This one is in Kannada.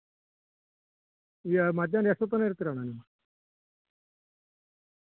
ಹಾಂ ಅಂದ್ರೆ ಈಗ ನಾವು ಗಾಡಿ ಕೊಟ್ಟು ಕಳಿಸ್ಬೇಕಲ್ಲ ಮತ್ತು ಡೆಲ್ವರಿ ಚಾರ್ಜ್ ಬೀಳುತ್ತೈತಿ ನಿಮ್ಗೆ ಮತ್ತು